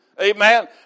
Amen